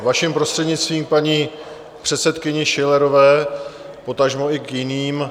Vaším prostřednictvím k paní předsedkyni Schillerové, potažmo i k jiným.